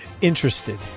interested